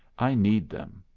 i need them,